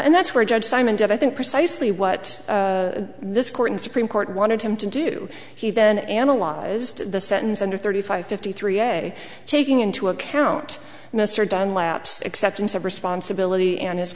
and that's where judge simon did i think precisely what this court and supreme court wanted him to do he then analyzed the sentence under thirty five fifty three day taking into account mr dunlap's acceptance of responsibility and his